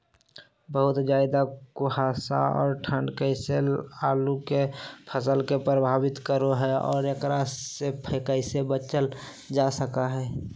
बहुत ज्यादा कुहासा और ठंड कैसे आलु के फसल के प्रभावित करो है और एकरा से कैसे बचल जा सको है?